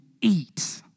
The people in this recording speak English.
eat